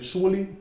Surely